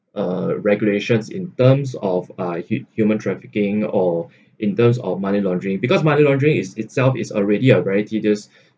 uh regulations in terms of uh hu~ human trafficking or in terms of money laundering because money laundering is itself is already a very tedious